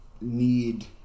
need